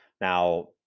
Now